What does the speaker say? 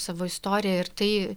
savo istoriją ir tai